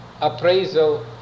appraisal